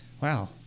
wow